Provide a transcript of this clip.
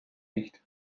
nicht